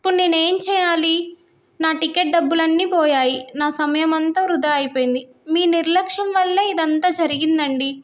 ఇప్పుడు నేనే ఏం చేయాలి నా టికెట్ డబ్బులన్నీ పోయాయి నా సమయం అంతా వృధా అయిపోయింది మీ నిర్లక్ష్యం వల్లే ఇదంతా జరిగిందండి